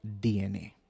DNA